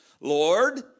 Lord